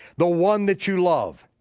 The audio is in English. the one that you love.